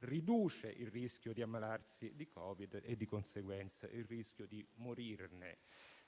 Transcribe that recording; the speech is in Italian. riduce il rischio di ammalarsi di Covid e, di conseguenza, il rischio di morirne.